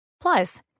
Plus